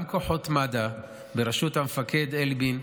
גם כוחות מד"א, בראשות המפקד אלי בין,